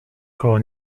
koło